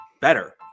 better